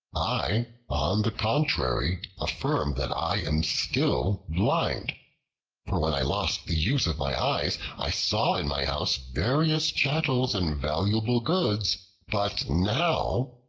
i on the contrary affirm that i am still blind for when i lost the use of my eyes, i saw in my house various chattels and valuable goods but now,